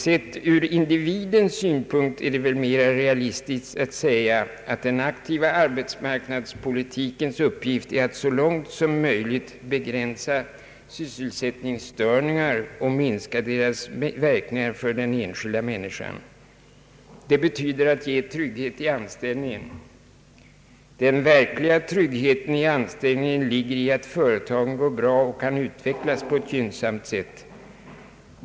Sett ur individens synpunkt är det väl mer realistiskt att säga att den aktiva arbetsmarknadspolitikens uppgift är att så långt som möjligt begränsa sysselsättningsstörningar och minska deras verkningar för den enskilda människan. Det betyder att ge trygghet i anställningen. Den verkliga tryggheten i anställningen ligger i att företagen går bra och kan utvecklas på ett gynnsamt sätt.